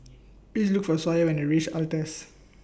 Please Look For Sawyer when YOU REACH Altez